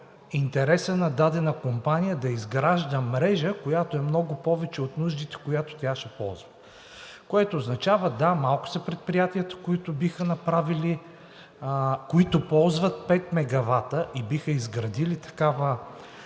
интереса на дадена компания да изгражда мрежа, която е много повече от нуждите, която тя ще ползва, което означава – да, малко са предприятията, които ползват пет мегавата и биха изградили такъв